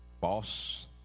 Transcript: Boss